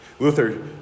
Luther